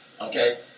Okay